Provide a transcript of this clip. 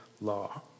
law